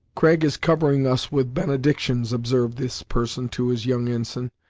craig is covering us with benedictions, observed this person to his young ensign,